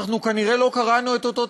אנחנו כנראה לא קראנו את אותו תקציב.